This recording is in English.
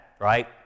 right